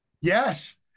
Yes